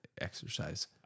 exercise